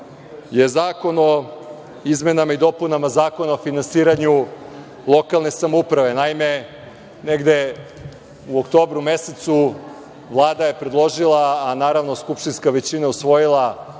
je Zakon o izmenama i dopunama Zakona o finansiranju lokalne samouprave. Naime, negde u oktobru mesecu Vlada je predložila, a skupštinska većina usvojila